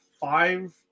five